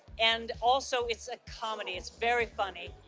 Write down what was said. and also it's a comedy. it's very funny.